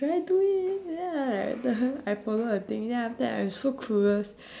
should I do it ya like then I follow the thing then after that I so clueless